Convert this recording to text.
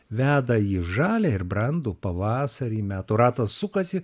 veda į žalią ir brandų pavasarį metų ratas sukasi